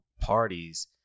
parties